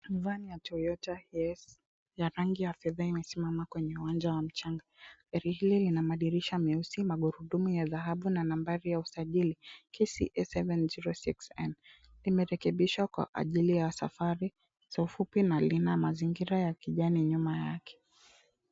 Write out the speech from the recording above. Vani ya Toyota Herse ya rangi ya fedha imesimama kwenye uwanja wa mchanga. Gari hili lina madirisha meusi, magurudumu ya dhahabu na nambari ya usajili KCS 706N. Imerekebishwa kwa ajili ya safari za ufupi na lina mazingira ya kijani nyuma yake.